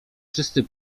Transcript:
czysty